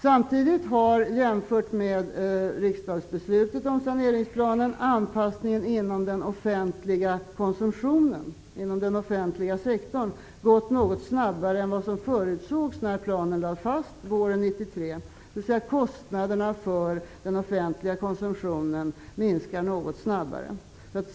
Samtidigt har anpassningen inom den offentliga sektorn gått något snabbare än vad som förutsågs när saneringsplanen lades fast våren 1993, dvs. kostnaderna för den offentliga konsumtionen minskar något snabbare.